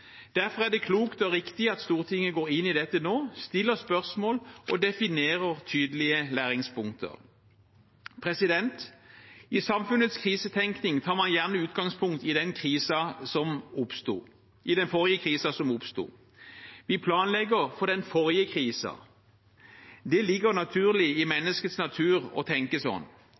Derfor er det klokt og riktig at Stortinget går inn i dette nå, stiller spørsmål og definerer tydelige læringspunkter. I samfunnets krisetenkning tar man gjerne utgangspunkt i den forrige krisen som oppsto. Vi planlegger for den forrige krisen. Det ligger naturlig i menneskets natur å tenke sånn.